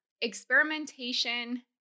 experimentation